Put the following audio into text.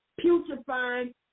putrefying